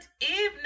evening